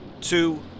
two